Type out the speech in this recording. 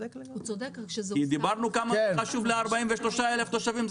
הוא צודק רק שזה --- כי דיברנו כמה זה חשוב ל-43,000 תושבים,